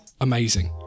amazing